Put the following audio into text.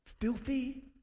filthy